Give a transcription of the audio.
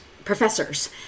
professors